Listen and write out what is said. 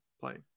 playing